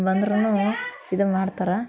ಬಂದ್ರೂ ಇದು ಮಾಡ್ತಾರೆ